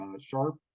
sharp